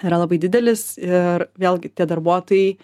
yra labai didelis ir vėlgi tie darbuotojai